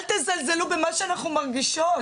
אל תזלזלו במה שאנחנו מרגישות.